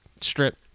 strip